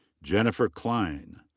jennifer cline.